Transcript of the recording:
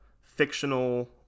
fictional